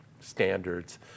standards